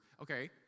Okay